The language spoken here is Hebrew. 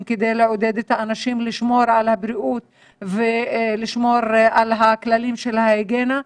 כדי לעודד את האנשים לשמור על הבריאות ועל כללי ההיגיינה,